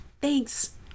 Thanks